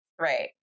right